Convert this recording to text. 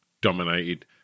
dominated